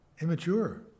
immature